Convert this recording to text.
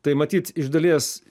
tai matyt iš dalies